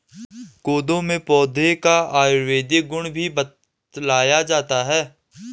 कोदो के पौधे का आयुर्वेदिक गुण भी बतलाया जाता है